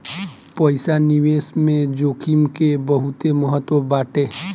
पईसा निवेश में जोखिम के बहुते महत्व बाटे